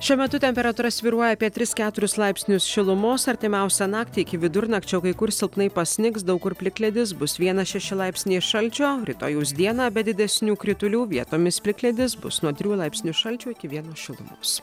šiuo metu temperatūra svyruoja apie tris keturis laipsnius šilumos artimiausią naktį iki vidurnakčio kai kur silpnai pasnigs daug kur plikledis bus vienas šeši laipsniai šalčio rytojaus dieną be didesnių kritulių vietomis plikledis bus nuo trijų laipsnių šalčio iki vieno šilumos